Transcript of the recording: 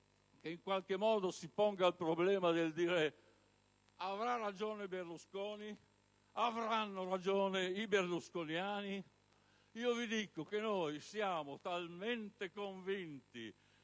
che in qualche modo si ponga il problema chiedendosi: avrà ragione Berlusconi? Avranno ragione i berlusconiani? Io vi dico che noi siamo talmente convinti